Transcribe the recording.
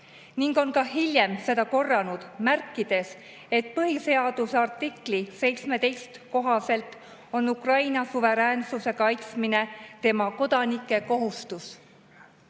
ning on ka hiljem seda korranud, märkides, et põhiseaduse artikli 17 kohaselt on Ukraina suveräänsuse kaitsmine tema kodanike kohustus. Käesoleva